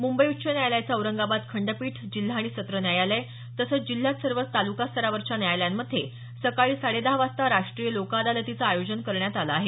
मुंबई उच्च न्यायालयाचं औरंगाबाद खंडपीठ जिल्हा आणि सत्र न्यायालय तसंच जिल्ह्यात सर्व तालुकास्तरावरच्या न्यायालयांमध्ये सकाळी साडे दहा वाजता राष्ट्रीय लोकअदालतीचं आयोजन करण्यात आलं आहे